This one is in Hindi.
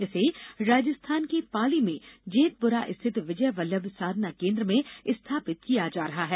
इसे राजस्थान के पाली में जेतपुरा स्थित विजय वल्लभ साधना केंद्र में स्थापित किया जा रहा है